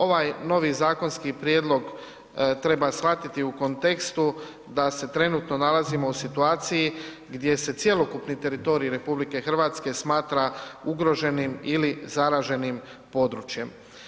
Ovaj novi zakonski prijedlog treba shvatiti u kontekstu da se trenutno nalazimo u situaciji gdje se cjelokupni teritorij RH smatra ugroženim ili zaraženim područjem.